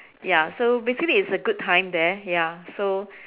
ya so basically it's a good time there ya so